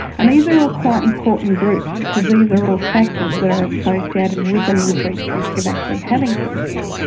and these are all quite important groups because these are all factors that are associated with an increased risk of actually having chlamydia.